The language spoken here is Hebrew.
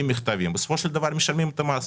מכתבים ובסופו של דבר משלמים את המס,